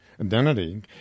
identity